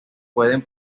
pueden